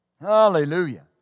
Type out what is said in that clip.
Hallelujah